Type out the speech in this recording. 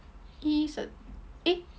E cert eh